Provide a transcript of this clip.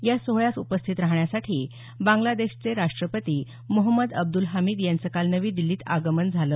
या सोहळ्यास उपस्थित राहण्यासाठी बांग्लादेशचे राष्ट्रपती मोहम्मद अब्द्रल हामिद यांचं काल नवी दिछीत आगमन झालं